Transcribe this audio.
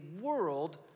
world